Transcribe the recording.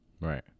Right